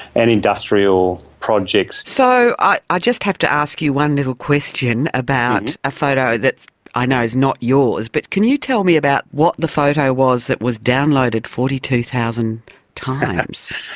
and industrial projects. so i i just have to ask you one little question about a photo that i know is not yours, but can you tell me about what the photo was that was downloaded forty two thousand times?